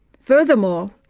furthermore,